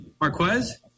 Marquez